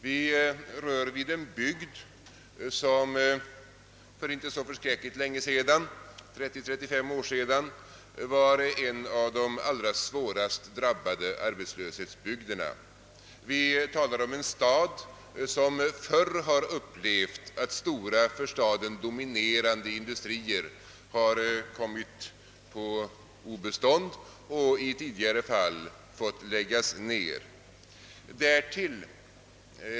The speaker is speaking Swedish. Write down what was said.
Diskussionen gäller ju en bygd som för 30 å 35 år sedan var en av de allra svårast drabbade arbetslöshetsbygderna. Vi talar om en stad som förr har upplevt att stora, för staden dominerande industrier har kommit på obestånd och fått läggas ned.